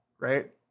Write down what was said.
right